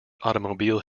automobile